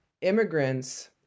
immigrants